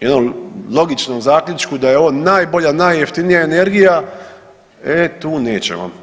i jednom logičnom zaključku da je ovo najbolja i najjeftinija energija e tu nećemo.